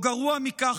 או גרוע מכך,